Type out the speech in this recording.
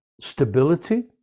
Stability